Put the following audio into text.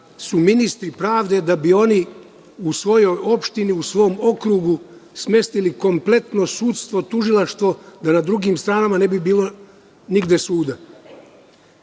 su ministri pravde da bi oni u svojoj opštini, u svom okrugu smestili kompletno sudstvo, tužilaštvo kako na drugim stranama ne bi bilo nigde suda.